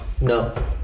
No